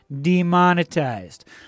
demonetized